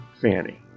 Fanny